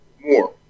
more